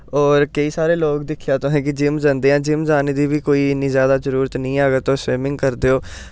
होर केईं सारे लोग दिक्खेआ तुसें कि जिम्म जंदे ऐ जिम्म जाने दी बी कोई इ'न्नी ज्यादा जरूरत नी ऐ अगर तुस स्विमिंग करदे ओ